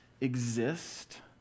exist